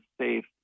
safe